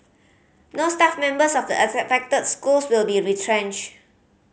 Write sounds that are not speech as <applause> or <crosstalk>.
no staff members of the <unintelligible> affected schools will be retrenched